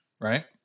right